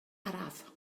araf